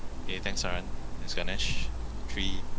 okay thanks saran there's gonna three